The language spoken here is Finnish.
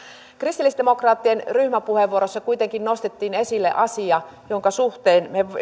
kristillisdemokraattien ryhmäpuheenvuorossa kuitenkin nostettiin esille asia jonka suhteen me